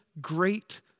great